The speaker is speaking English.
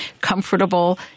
comfortable